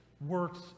works